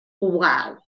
wow